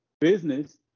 business